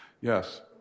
Yes